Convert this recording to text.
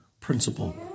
principle